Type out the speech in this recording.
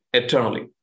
eternally